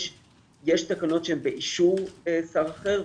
יש תקנות שהם באישור שר אחר,